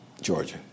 Georgia